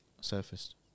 surfaced